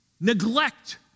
Neglect